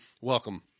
Welcome